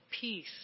peace